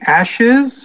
ashes